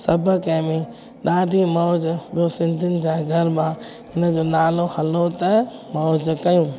सभु कंहिं में ॾाढी मौज ॿियो सिंधियुनि जा गरबा हिनजो नालो हलो त मौज कयूं